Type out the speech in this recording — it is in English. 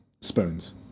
spoons